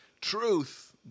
truth